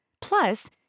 Plus